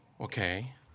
Okay